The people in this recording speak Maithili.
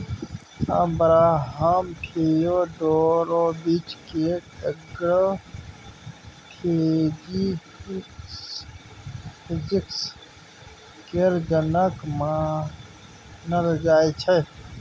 अब्राहम फियोडोरोबिच केँ एग्रो फिजीक्स केर जनक मानल जाइ छै